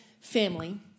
family